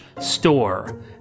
store